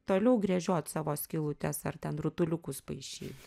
toliau gręžiot savo skylutes ar ten rutuliukus paišyt